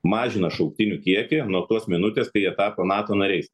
mažina šauktinių kiekį nuo tos minutės kai jie tapo nato nariais